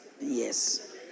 Yes